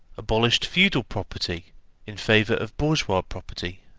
abolished feudal property in favour of bourgeois property.